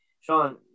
Sean